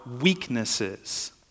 weaknesses